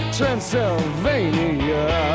Transylvania